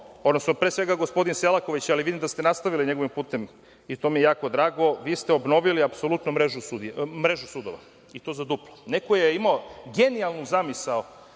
odnosno, pre svega gospodin Selaković, ali vidim da ste nastavili njegovim putem i to mi je jako drago, vi ste obnovili apsolutno mrežu sudova i to za duplo. Neko je imao genijalnu zamisao